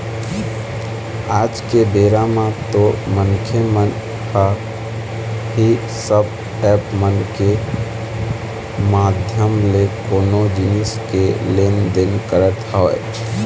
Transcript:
आज के बेरा म तो मनखे मन ह इही सब ऐप मन के माधियम ले कोनो जिनिस के लेन देन करत हवय